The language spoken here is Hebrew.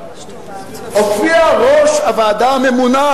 הופיע ראש הוועדה הממונה